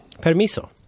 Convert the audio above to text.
Permiso